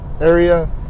area